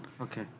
Okay